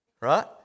Right